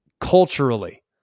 culturally